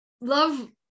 love